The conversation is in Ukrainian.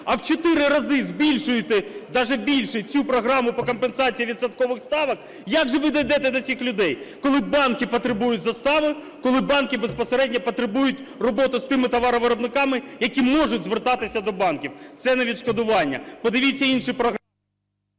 а в 4 рази збільшуєте, даже більше, цю програму по компенсації відсоткових ставок. Як же ви дійдете до цих людей, коли банки потребують застави, коли банки безпосередньо потребують роботу з тими товаровиробниками, які можуть звертатися до банків? Це не відшкодування. Подивіться інші…